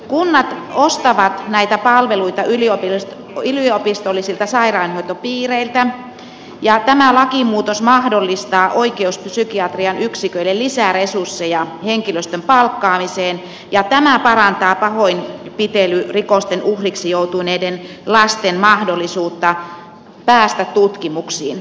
kunnat ostavat näitä palveluita yliopistollisilta sairaanhoitopiireiltä ja tämä lakimuutos mahdollistaa oikeuspsykiatrian yksiköiden lisäresursseja henkilöstön palkkaamiseen ja tämä parantaa pahoinpitelyrikosten uhriksi joutuneiden lasten mahdollisuutta päästä tutkimuksiin